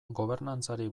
gobernantzari